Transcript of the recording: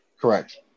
Correct